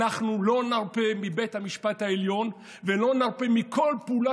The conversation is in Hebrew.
אנחנו לא נרפה מבית המשפט העליון ולא נרפה מכל פעולה